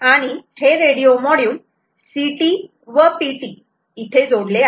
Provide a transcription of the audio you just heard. आणि हे radio module CT व PT इथे जोडले आहे